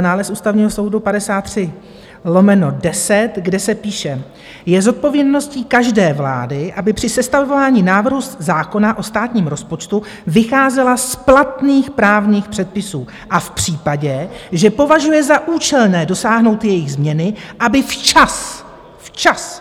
nález Ústavního soudu 53/10, kde se píše: Je zodpovědností každé vlády, aby při sestavování návrhu zákona o státním rozpočtu vycházela z platných právních předpisů a v případě, že považuje za účelné dosáhnout jejich změny, aby včas včas!